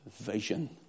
vision